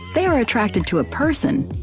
they are attracted to a person,